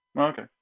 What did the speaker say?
Okay